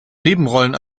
nebenrollen